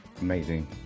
Amazing